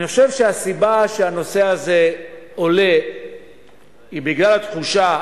אני חושב שהסיבה שהנושא הזה עולה היא התחושה